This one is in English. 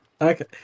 Okay